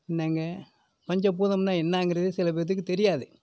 என்னங்க பஞ்ச பூதம்னால் என்னங்கிறதே சில பேர்த்துக்கு தெரியாது